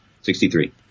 Sixty-three